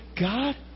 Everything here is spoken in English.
God